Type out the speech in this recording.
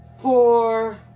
four